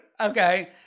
Okay